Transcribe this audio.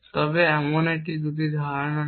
তবে এটি এমন 2টি ধারা নেয়